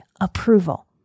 approval